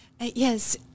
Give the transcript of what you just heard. yes